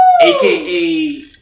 Aka